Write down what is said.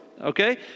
okay